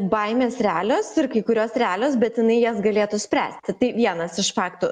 baimės realios ir kai kurios realios bet jinai jas galėtų spręsti tai vienas iš faktų